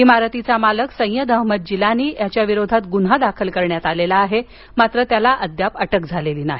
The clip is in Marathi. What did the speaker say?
इमारतीचा मालक सय्यद अहमद जिलानी विरोधात गुन्हा दाखल करण्यात आला असून त्यांना अद्याप अटक झालेली नाही